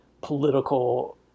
political